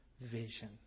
vision